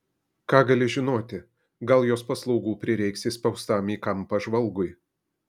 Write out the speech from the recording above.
ką gali žinoti gal jos paslaugų prireiks įspaustam į kampą žvalgui